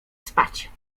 spać